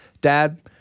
Dad